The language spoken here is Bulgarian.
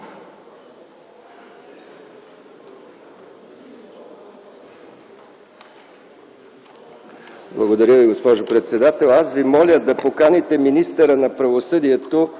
Благодаря Ви, госпожо председател. Аз Ви моля да поканите министъра на правосъдието,